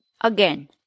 Again